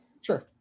Sure